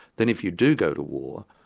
then if you do go to war,